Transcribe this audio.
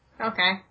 Okay